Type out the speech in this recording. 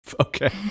Okay